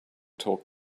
talk